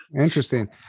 interesting